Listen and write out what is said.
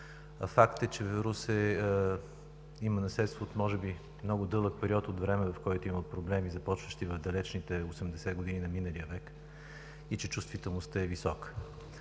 Факт е, че Русе има наследство може би от много дълъг период от време, в който има проблеми, започващи в далечните 80 години на миналия век, и че чувствителността е висока.